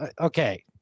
Okay